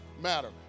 matter